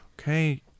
Okay